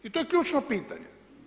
I to je ključno pitanje.